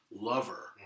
lover